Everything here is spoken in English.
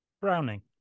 Browning